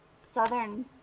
Southern